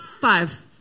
Five